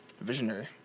visionary